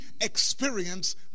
experience